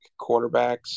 quarterbacks